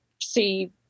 see